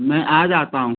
मैं आज आता हूँ